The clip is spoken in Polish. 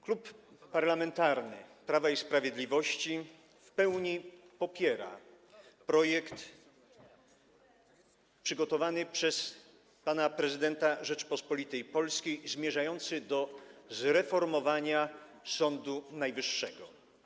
Klub Parlamentarny Prawo i Sprawiedliwość w pełni popiera projekt przygotowany przez pana prezydenta Rzeczypospolitej Polskiej, zmierzający do zreformowania Sądu Najwyższego.